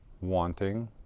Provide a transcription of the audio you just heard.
wanting